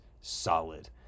solid